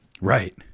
right